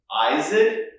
Isaac